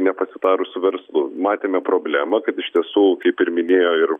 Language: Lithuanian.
nepasitarus su verslu matėme problemą kad iš tiesų kaip ir minėjo ir